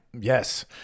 Yes